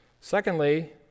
Secondly